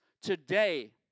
today